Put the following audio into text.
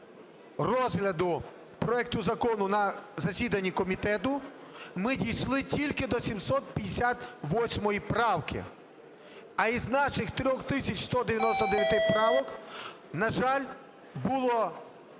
розгляду проекту закону на засіданні комітету ми дійшли тільки до 758 правки, а із наших 3 тисяч 199 правок, на жаль, було